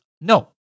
No